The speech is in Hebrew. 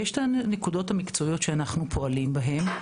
יש את הנקודות המקצועיות שאנחנו פועלים בהן.